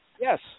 Yes